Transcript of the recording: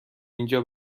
اینجا